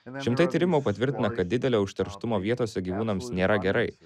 šimtai tyrimų patvirtina kad didelio užterštumo vietose gyvūnams nėra gerai